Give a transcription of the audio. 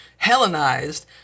Hellenized